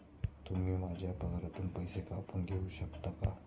तुम्ही माझ्या पगारातून पैसे कापून घेऊ शकता का?